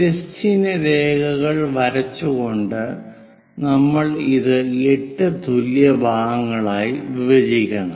തിരശ്ചീന രേഖകൾ വരച്ചുകൊണ്ട് നമ്മൾ ഇത് 8 തുല്യ ഭാഗങ്ങളായി വിഭജിക്കണം